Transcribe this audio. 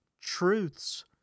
truths